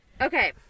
Okay